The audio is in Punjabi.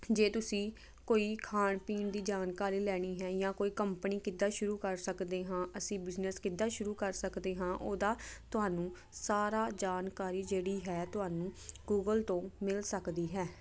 ਜੇ ਤੁਸੀਂ ਕੋਈ ਖਾਣ ਪੀਣ ਦੀ ਜਾਣਕਾਰੀ ਲੈਣੀ ਹੈ ਜਾਂ ਕੋਈ ਕੰਪਨੀ ਕਿੱਦਾਂ ਸ਼ੁਰੂ ਕਰ ਸਕਦੇ ਹਾਂ ਅਸੀਂ ਬਿਜਨਸ ਕਿੱਦਾਂ ਸ਼ੁਰੂ ਕਰ ਸਕਦੇ ਹਾਂ ਉਹਦਾ ਤੁਹਾਨੂੰ ਸਾਰੀ ਜਾਣਕਾਰੀ ਜਿਹੜੀ ਹੈ ਤੁਹਾਨੂੰ ਗੂਗਲ ਤੋਂ ਮਿਲ ਸਕਦੀ ਹੈ